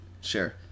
Sure